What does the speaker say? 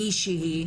מישהי,